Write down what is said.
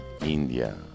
india